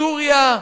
סוריה,